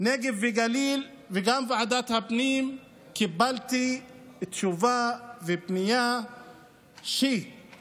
נגב וגליל וגם מוועדת הפנים קיבלתי תשובה ופנייה שפנו